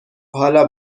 حالا